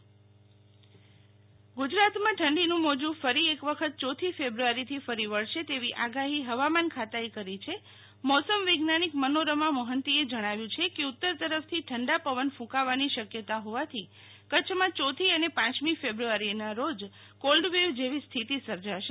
શીતલ વૈશ્નવ હવામાન ગુજરાત ઠંડીનો મોજું ફરી એક વખત ચોથી ફેબ્રુઆરીથી ફરી વળશે તેવી આગાહી હવામાન ખાતાએ કરી છે મોસમ વૈજ્ઞાનિક મનોરમા મોહંતીએ જણાવ્યું છે કે ઉતર તરફથી ઠંડા પવન કૂંકાવાની શક્યતા હોવાથી કચ્છમાં ચોથી અને પાંચમી ફેબ્રુઆરીના રોજ કોલ્ડ વેવ જેવી સ્થિતિ સર્જાશે